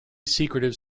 secretive